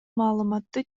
маалыматты